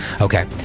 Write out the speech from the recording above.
Okay